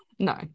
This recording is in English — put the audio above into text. No